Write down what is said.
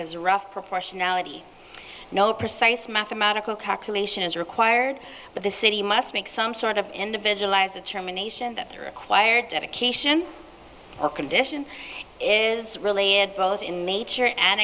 is rough proportionality no precise mathematical calculation is required but the city must make some sort of individualized determination that the required education or condition is really at both in nature and